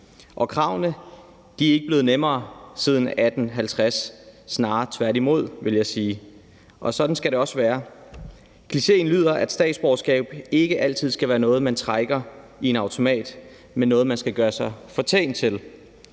Kravene er ikke blevet nemmere siden 1850 – snarere tværtimod, vil jeg sige. Og sådan skal det også være. Klichéen lyder, er statsborgerskab ikke altid skal være noget, man trækker i en automat, men noget, man skal gøre sig fortjent til.